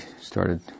started